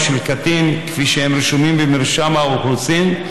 של קטין כפי שהם רשומים במרשם האוכלוסין,